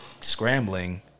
scrambling